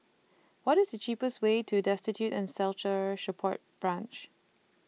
What IS The cheapest Way to Destitute and Shelter Support Branch